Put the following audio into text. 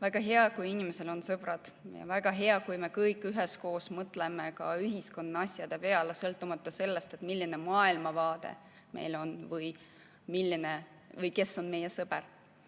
Väga hea, kui inimesel on sõbrad. Väga hea, kui me kõik üheskoos mõtleme ka ühiskonna asjade peale, sõltumata sellest, milline maailmavaade meil on või kes on meie sõber.